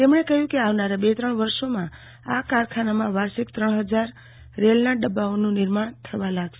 તેમણે કહયું કે આવનારા બે ત્રણ વર્ષોમાં આ કારખાનામાં વાર્ષિક ત્રણ હજાર રેલના ડબ્બાનું નિર્માણ થવા લાગશે